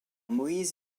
moïse